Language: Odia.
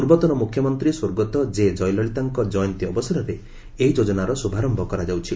ପୂର୍ବତନ ମୁଖ୍ୟମନ୍ତ୍ରୀ ସ୍ୱର୍ଗତ କେ କୟଲଳିତାଙ୍କ ଜୟନ୍ତୀ ଅବସରରେ ଏହି ଯୋଜନାର ଶ୍ରଭାରୟ କରାଯାଉଛି